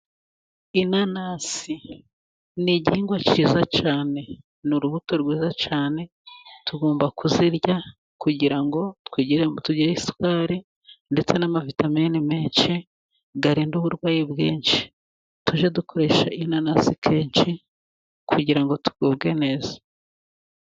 Ianasi ni igihingwa cyiza cyane. Ni urubuto rwiza cyane. Tugomba kuzirya kugira ngo tugire isukari ndetse n'amavitamine menshi, arinde uburwayi bwinshi. Tujye dukoresha inanasi kenshi, kugira ngo tugubwe neza.